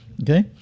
Okay